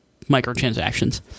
microtransactions